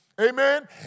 Amen